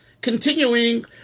continuing